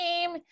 game –